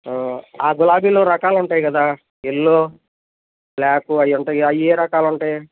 ఆ గులాబీల్లో రకాలు ఉంటాయి కదా ఎల్లో బ్లాకు అవి ఉంటాయి అవి ఏ రకాలు ఉంటాయి